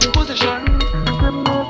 Position